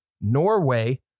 Norway